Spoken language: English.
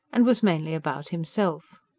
and was mainly about himself.